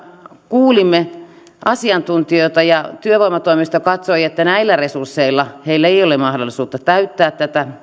kuulimme asiantuntijoita ja työvoimatoimisto katsoi että näillä resursseilla heillä ei ole mahdollisuutta täyttää